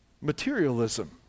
Materialism